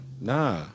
Nah